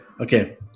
Okay